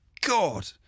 God